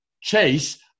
Chase